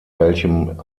welchem